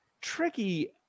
tricky